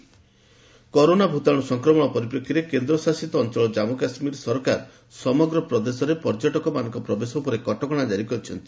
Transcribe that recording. JK tourist ban corona ଭୂତାଣୁ ସଂକ୍ରମଣ ପରିପ୍ରେକ୍ଷୀରେ କେନ୍ଦ୍ରଶାସିତ ଅଞ୍ଚଳ ଜାମ୍ପୁ କାଶ୍ମୀର ସରକାର ସମଗ୍ର ପ୍ରଦେଶରେ ପର୍ଯ୍ୟଟକଙ୍କ ପ୍ରବେଶ ଉପରେ କଟକଣା ଜାରି କରିଛନ୍ତି